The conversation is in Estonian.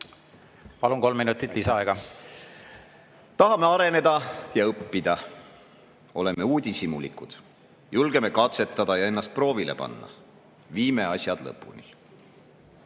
valikuid hääletamisel! Tahame areneda ja õppida. Oleme uudishimulikud, julgeme katsetada ja ennast proovile panna. Viime asjad lõpuni.